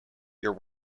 your